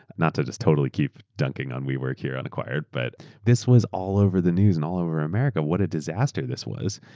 not to just totally keep dunking on wework here on acquired, but this was all over the news and all over america what a disaster this was.